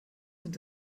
sind